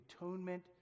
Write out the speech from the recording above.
atonement